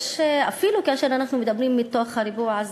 אפילו כשאנחנו מדברים מתוך הריבוע הזה,